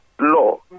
law